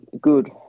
good